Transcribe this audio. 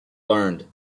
learned